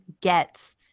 get